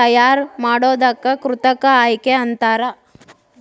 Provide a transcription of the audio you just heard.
ತಯಾರ್ ಮಾಡೋದಕ್ಕ ಕೃತಕ ಆಯ್ಕೆ ಅಂತಾರ